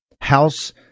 House